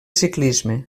ciclisme